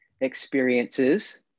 experiences